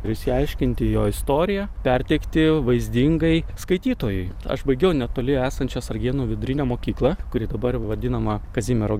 ir išsiaiškinti jo istoriją perteikti vaizdingai skaitytojui aš baigiau netoli esančią sargėnų vidurinę mokyklą kuri dabar vadinama kazimiero